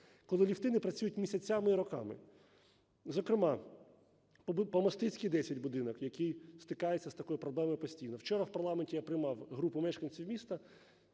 коли ліфти не працюють місяцями і роками. Зокрема, по Мостицькій, 10 будинок, який стикається з такою проблемою постійно. Вчора в парламенті я приймав групу мешканців міста